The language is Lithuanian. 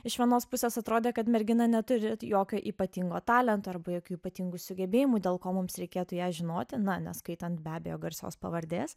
iš vienos pusės atrodė kad mergina neturi jokio ypatingo talento arba jokių ypatingų sugebėjimų dėl ko mums reikėtų ją žinoti na neskaitant be abejo garsios pavardės